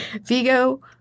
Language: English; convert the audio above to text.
Vigo